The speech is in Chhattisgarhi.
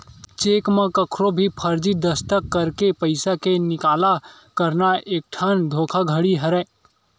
चेक म कखरो भी फरजी दस्कत करके पइसा के निकाला करना एकठन धोखाघड़ी हरय